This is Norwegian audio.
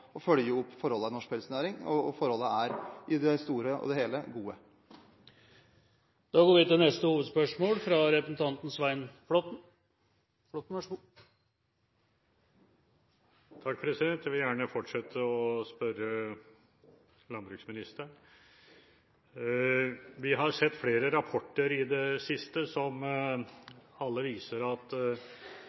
opp forholdene i norsk pelsdyrnæring, og forholdene er i det store og hele gode. Da går vi til neste hovedspørsmål. Jeg vil gjerne fortsette å spørre landbruksministeren. Vi har i det siste sett flere rapporter som alle viser at